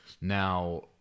Now